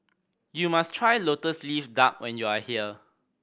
you must try Lotus Leaf Duck when you are here